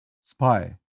spy